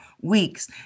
weeks